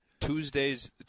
Tuesdays